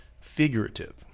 figurative